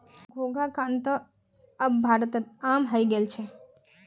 घोंघा खाना त अब भारतत आम हइ गेल छ